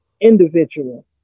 individual